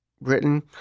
Britain